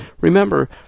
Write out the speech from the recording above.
remember